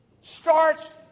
starts